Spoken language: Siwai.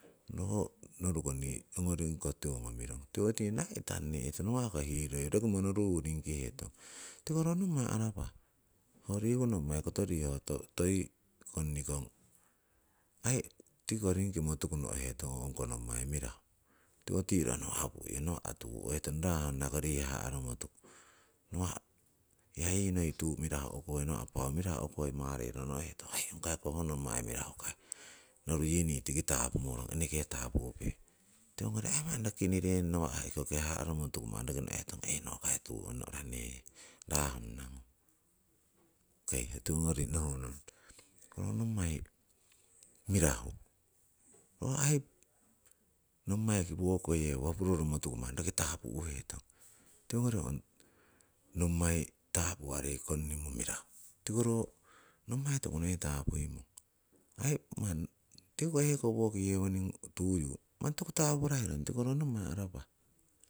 Ro ho noruko nii ongo ringkoh tiwongomirong, tiwo tinno aii itannuhetong, nawa'ko hiroroi yii roki monoruyu ringkihetong. Tiko ro nommai arapah, ho riku nommai koto riho toiyi konnikong aii tikiko konnimotuku no'hetong ho ongko nommai mirahu. Tiwotiro pu'henro nawa tuu o'hetong raa honnakori yii haharoromotuku, nawa' hiya yii noi tuu mirahu ongonoi nawa' paau yii mirahu ukoi mari'ro no'hetong aii ong kai koh nommai mirahu kai, noru yii nii tiki tapumurong eneke tapupe. Tiwongori aii manni kinirenno nawa' hekoki haharoromotuku manni roki no'hetong hei nokai tuu ong no'ra neye raa honnangung. Okei ho tiwongori nohuhnong ro nommai mirahu ro aii nommaiki woko yewo hopuroromotuku manni tapu'hetong. Towongori ong nommai tapuwarei konnimo mirahu. Tiko ro nommai toku noi tapuimong, aii manni tiki ko hekoki woki yewoning tuyu manni tokuko tapuraherong tiko ro nommai arapah.